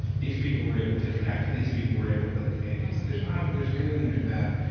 these people were able to connect, and these people were able to build communities. there's um there's good and there's bad.